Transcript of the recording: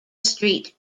street